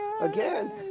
again